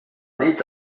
nit